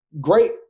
Great